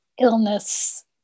illness